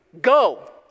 go